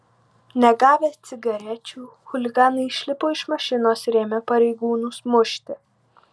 negavę cigarečių chuliganai išlipo iš mašinos ir ėmė pareigūnus mušti